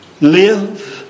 live